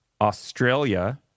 Australia